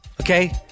okay